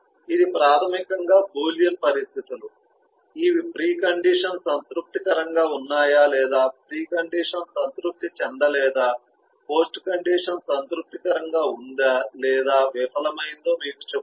ఇది ప్రాథమికంగా బూలియన్ పరిస్థితులు ఇవి ప్రీ కండిషన్ సంతృప్తికరంగా ఉన్నాయా లేదా ప్రీ కండిషన్ సంతృప్తి చెందలేదా పోస్ట్ కండిషన్ సంతృప్తికరంగా ఉందా లేదా విఫలమైందో మీకు చెప్తుంది